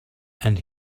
and